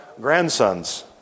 grandsons